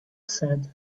said